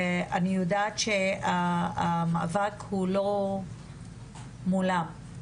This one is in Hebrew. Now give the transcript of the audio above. אנחנו ראינו את זה,